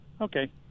Okay